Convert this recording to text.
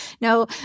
No